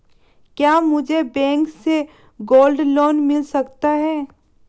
क्या मुझे बैंक से गोल्ड लोंन मिल सकता है?